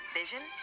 vision